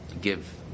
give